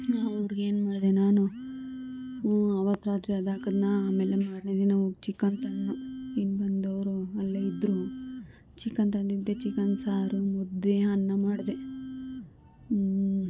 ಅವ್ರಿಗೆ ಏನು ಮಾಡ್ದೆ ನಾನು ಹ್ಞೂ ಆವತ್ತು ರಾತ್ರಿಗೆ ಅದು ಹಾಕಿದ್ನಾ ಆಮೇಲೆ ಮಾರ್ನಿಂಗ್ ಹೋಗಿ ಚಿಕನ್ ತಂದೆ ಇನ್ನು ಬಂದವರು ಅಲ್ಲೇ ಇದ್ರು ಚಿಕನ್ ತಂದಿದ್ದೆ ಚಿಕನ್ ಸಾರು ಮುದ್ದೆ ಅನ್ನ ಮಾಡ್ದೆ